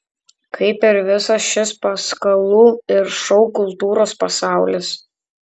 kaip ir visas šis paskalų ir šou kultūros pasaulis